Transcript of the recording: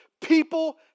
People